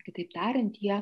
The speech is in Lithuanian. kitaip tariant jie